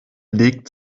legt